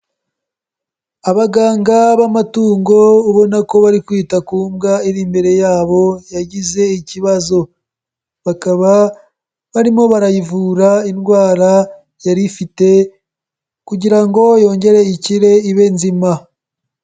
Abaganga b'amatungo ubona ko bari kwita ku mbwa iri imbere yabo yagize ikibazo. Bakaba barimo barayivura indwara yari ifite kugira ngo yongere ikire ibe nzima.